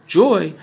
joy